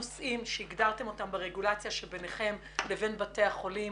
נושאים שהגדרתם אותם ברגולציה שביניכם לבין בתי החולים